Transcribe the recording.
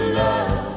love